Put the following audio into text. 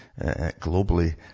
globally